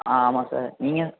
ஆ ஆமாம் சார் நீங்கள்